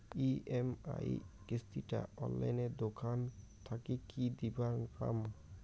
EMI কিস্তি টা অনলাইনে দোকান থাকি কি দিবার পাম?